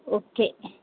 okay